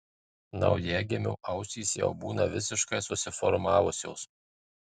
naujagimio ausys jau būna visiškai susiformavusios